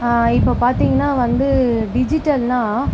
இப்போ பார்த்திங்கன்னா வந்து டிஜிட்டல்னால்